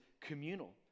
communal